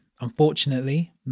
Unfortunately